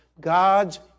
God's